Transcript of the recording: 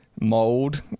mold